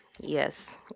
Yes